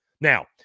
Now